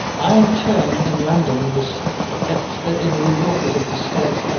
i, in turn, in london, was at in new york, was at the state